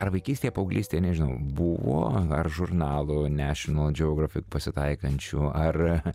ar vaikystėje paauglystėje nežinau buvo ar žurnalų national geografic pasitaikančių ar